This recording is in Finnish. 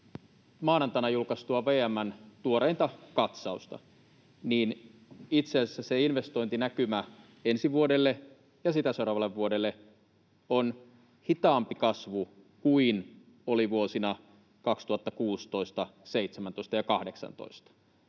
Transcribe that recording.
maanantaina julkaistua VM:n tuoreinta katsausta, itse asiassa investointinäkymä ensi vuodelle ja sitä seuraavalle vuodelle on hitaampi kasvu kuin oli vuosina 2016, 2017 ja 2018.